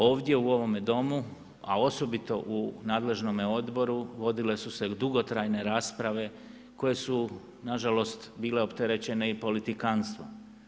Ovdje u ovome Domu a osobito u nadležnom odboru vodile su se dugotrajne rasprave koje su nažalost bile opterećene i politikanstvom.